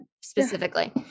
specifically